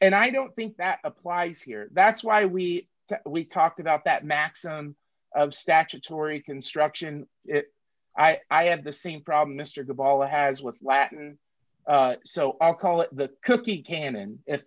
and i don't think that applies here that's why we we talked about that maxim of statutory construction i have the same problem mr ball has with latin so i'll call it the cookie cannon if